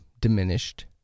diminished